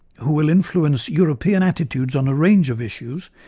who will influence european attitudes on a range of issues,